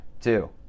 Two